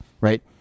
right